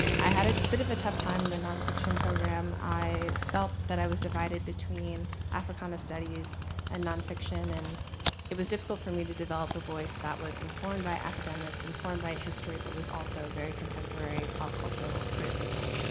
i had a bit of a tough time in the nonfiction program. i felt that i was divided between africana studies and nonfiction, and it was difficult for me to develop a voice that was informed by academics, informed by history, but was also very contemporary pop cultural criticism.